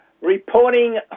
Reporting